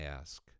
ask